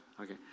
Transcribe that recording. Okay